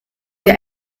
ihr